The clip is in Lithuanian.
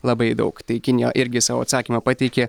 labai daug tai kinija irgi savo atsakymą pateikė